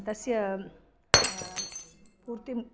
तस्य पूर्तिम्